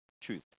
truth